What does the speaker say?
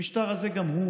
המשטר הזה גם הוא